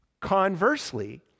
Conversely